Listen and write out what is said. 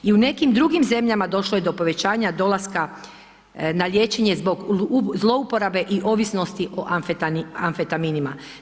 u nekim drugim zemljama došlo je do povećanja dolaska na liječenje zbog zlouporabe i ovisnosti o amfetaminima.